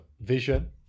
vision